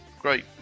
Great